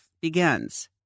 begins